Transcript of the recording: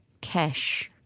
cash